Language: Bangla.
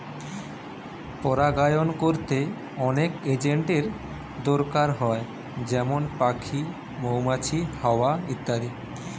পরাগায়ন কোরতে অনেক এজেন্টের দোরকার হয় যেমন পাখি, মৌমাছি, হাওয়া ইত্যাদি